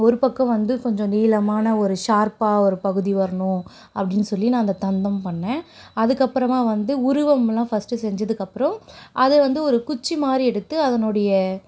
ஒரு பக்கம் வந்து கொஞ்சம் நீளமான ஒரு ஷார்ப்பாக ஒரு பகுதி வரணும் அப்படின்னு சொல்லி நான் அந்த தந்தம் பண்ணினேன் அதுக்கப்புறமா வந்து உருவமெலாம் ஃபஸ்ட்டு செஞ்சதுக்கப்புறம் அதை வந்து ஒரு குச்சி மாதிரி எடுத்து அதனுடைய